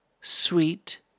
sweet